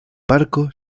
parko